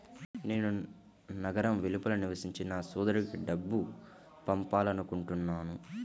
నేను నగరం వెలుపల నివసించే నా సోదరుడికి డబ్బు పంపాలనుకుంటున్నాను